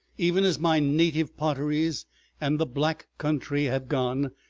even as my native potteries and the black country have gone,